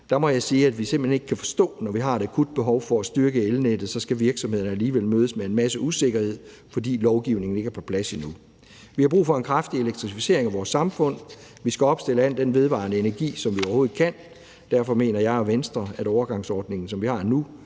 Der må jeg sige, at vi, når vi har et akut behov for at styrke elnettet, simpelt hen ikke kan forstå, at virksomhederne alligevel skal mødes med en masse usikkerhed, fordi lovgivningen ikke er på plads endnu. Vi har brug for en kraftig elektrificering af vores samfund. Vi skal opstille al den vedvarende energi, som vi overhovedet kan. Derfor mener jeg og Venstre, at overgangsordningen, som vi har nu,